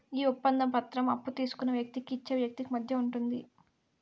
ఈ ఒప్పంద పత్రం అప్పు తీసుకున్న వ్యక్తికి ఇచ్చే వ్యక్తికి మధ్య ఉంటుంది